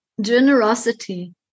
generosity